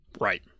Right